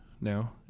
now